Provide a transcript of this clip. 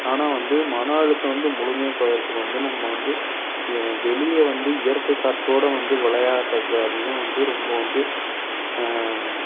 ஆனால் வந்து மன அழுத்தம் வந்து முழுமையாக குறையறதுக்கு வந்து நம்ம வந்து வெளியே வந்து இயற்கை காற்றோடய வந்து விளையாடுறது அது தான் வந்து ரொம்ப வந்து